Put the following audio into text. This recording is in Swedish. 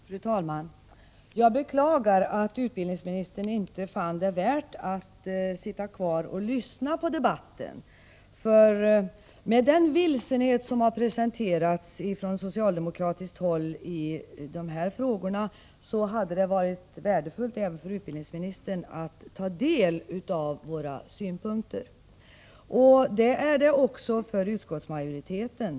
Fru talman! Jag beklagar att utbildningsministern inte fann det värt att sitta kvar och lyssna på debatten. Med den vilsenhet som presenterats från socialdemokratiskt håll i de här frågorna hade det varit värdefullt även för utbildningsministern att ta del av våra synpunkter. Detsamma gäller för utskottsmajoriteten.